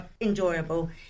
enjoyable